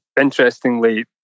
interestingly